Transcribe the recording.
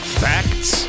facts